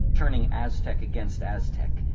turning aztec against aztec,